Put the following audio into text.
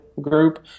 group